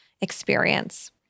experience